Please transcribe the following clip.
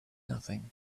nothing